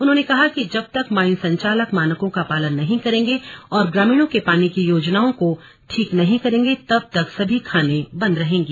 उन्होंने कहा कि जब तक माइन संचालक मानकों का पालन नहीं करेंगे और ग्रामीणों के पानी की योजनाओं को ठीक नहीं करेंगे तब तक सभी खानें बंद रहेंगी